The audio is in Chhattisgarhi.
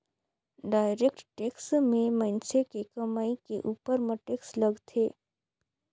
डायरेक्ट टेक्स में मइनसे के कमई के उपर म टेक्स लगथे